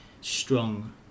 strong